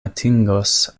atingos